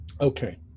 Okay